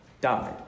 died